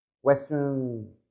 Western